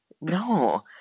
No